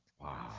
Wow